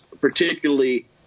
particularly